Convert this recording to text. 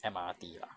M_R_T lah